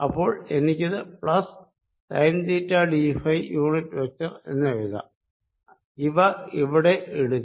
അപ്പോൾ എനിക്കിത് plus sine theta d phi unit vector എന്നെഴുതാം ഇവ ഇവിടെ ഇടുക